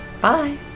Bye